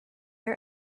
are